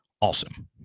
awesome